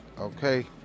okay